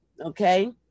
Okay